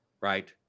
right